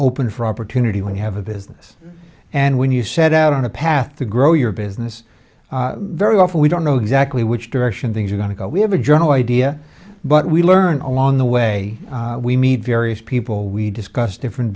open for opportunity when you have a business and when you set out on a path to grow your business very often we don't know exactly which direction things are going to go we have a journal idea but we learn along the way we need various people we discuss different